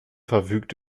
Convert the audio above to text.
verfügt